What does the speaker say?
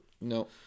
No